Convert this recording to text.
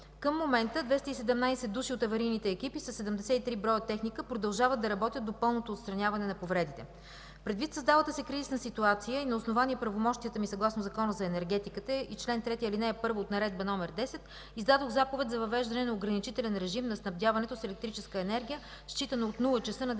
Към момента 217 души от аварийните екипи със 73 броя техника продължават да работят до пълното отстраняване на повредите. Предвид създалата се кризисна ситуация и на основание правомощията ми, съгласно Закона за енергетиката и чл. 3, ал. 1 от Наредба № 10, издадох заповед за въвеждане на ограничителен режим на снабдяването с електрическа енергия, считано от 0,00 ч. на 9